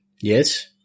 Yes